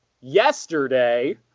yesterday